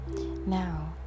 now